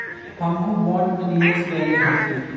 हमहुँ बॉन्ड में निवेश कयले हती